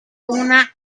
una